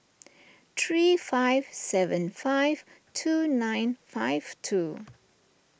three five seven five two nine five two